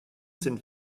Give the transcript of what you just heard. sind